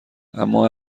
اما